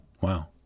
wow